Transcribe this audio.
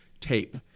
tape